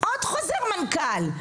עוד חוזר מנכ"ל.